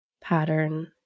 pattern